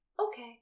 okay